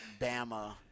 Bama